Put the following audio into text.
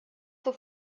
zur